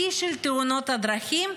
שיא של תאונות הדרכים,